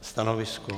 Stanovisko?